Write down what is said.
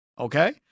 Okay